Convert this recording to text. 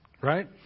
Right